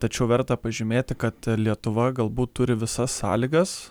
tačiau verta pažymėti kad lietuva galbūt turi visas sąlygas